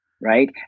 Right